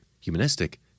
humanistic